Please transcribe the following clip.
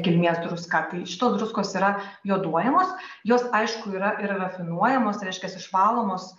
kilmės druska tai šitos druskos yra juoduojamos jos aišku yra ir rafinuojamos reiškias išvalomos